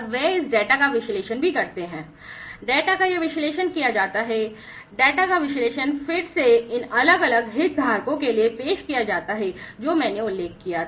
वे इस डेटा का विश्लेषण भी करते हैं और डेटा का विश्लेषण फिर से इन अलग अलग हितधारकों के लिए पेश किया जाता है जो मैंने उल्लेख किया था